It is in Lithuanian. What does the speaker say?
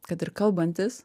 kad ir kalbantis